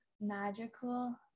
magical